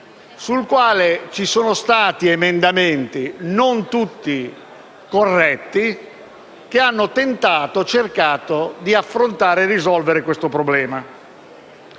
sul quale ci sono stati emendamenti, non tutti corretti, che hanno tentato di risolvere questo problema.